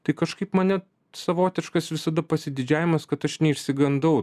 tai kažkaip mane savotiškas visada pasididžiavimas kad aš neišsigandau